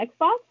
Xbox